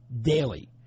daily